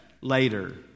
later